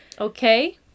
Okay